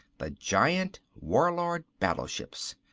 the giant warlord battleships.